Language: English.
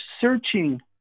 searching